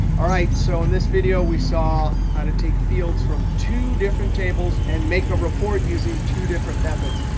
all right, so in this video, we saw how to take fields from two different tables and make a report using two different methods.